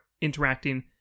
interacting